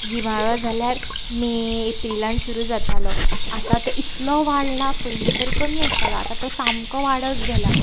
गिमाळो जाल्यार मे एप्रीलांत सुरू जातालो आतां तो इतलो वाडला पयलीं तर कमी आसतालो आतां तो सामको वाडत गेला